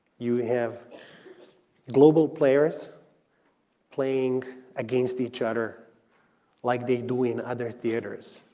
you have global players playing against each other like they do in other theaters,